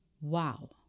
wow